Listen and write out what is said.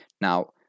Now